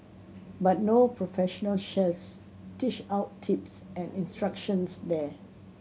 but no professional chefs dish out tips and instructions there